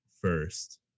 first